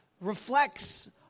reflects